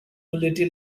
little